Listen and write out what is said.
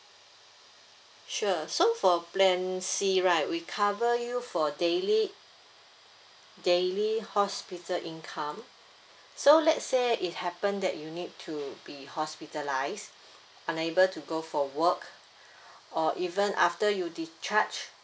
sure so for plan C right we cover you for daily daily hospital income so let's say it happened that you need to be hospitalised unable to go for work or even after you discharge